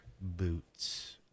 boots